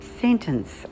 sentence